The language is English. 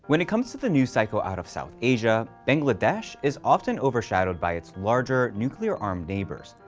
when it comes to the news cycle out of south asia, bangladesh is often overshadowed by its larger, nuclear-armed neighbors,